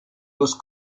los